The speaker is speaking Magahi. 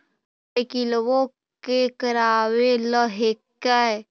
मोटरसाइकिलवो के करावे ल हेकै?